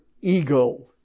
ego